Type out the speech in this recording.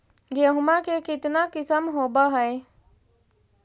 गेहूमा के कितना किसम होबै है?